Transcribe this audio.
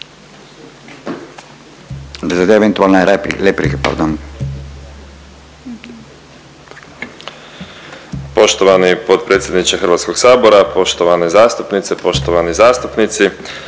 Poštovani potpredsjedniče Hrvatskog sabora, poštovane zastupnice, poštovani zastupnici